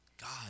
God